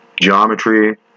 geometry